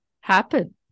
happen